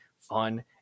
fun